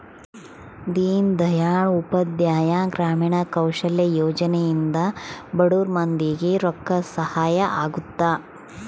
ದೀನ್ ದಯಾಳ್ ಉಪಾಧ್ಯಾಯ ಗ್ರಾಮೀಣ ಕೌಶಲ್ಯ ಯೋಜನೆ ಇಂದ ಬಡುರ್ ಮಂದಿ ಗೆ ರೊಕ್ಕ ಸಹಾಯ ಅಗುತ್ತ